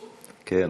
העייפות?